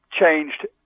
changed